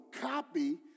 copy